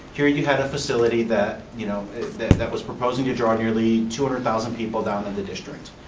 here you had a facility that you know that was proposing to draw nearly two hundred thousand people down on the district,